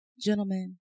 gentlemen